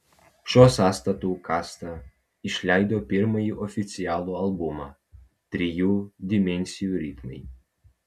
šiuo sąstatu kasta išleido pirmąjį oficialų albumą trijų dimensijų rimai